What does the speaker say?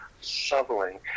shoveling